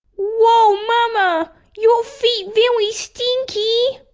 whoa mumma! your feet very stinky!